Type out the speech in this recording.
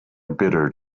bitter